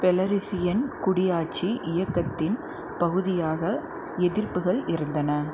Belarusian குடியாட்சி இயக்கத்தின் பகுதியாக எதிர்ப்புகள் இருந்தன